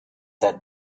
sei